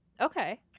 Okay